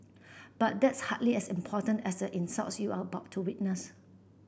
but that's hardly as important as insults you are about to witness